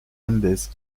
mendez